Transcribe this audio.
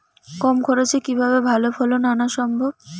কম খরচে কিভাবে ভালো ফলন আনা সম্ভব?